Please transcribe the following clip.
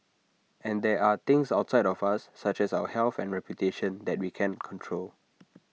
and there are things outside of us such as our health and reputation that we can't control